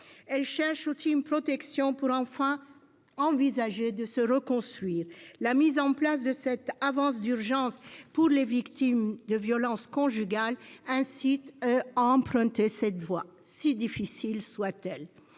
Elles cherchent aussi une protection pour, enfin, envisager de se reconstruire. La mise en place de cette avance d'urgence pour les victimes de violences conjugales incite à emprunter cette voie, si difficile soit-elle.